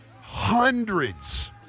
hundreds